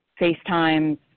FaceTime